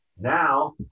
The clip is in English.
Now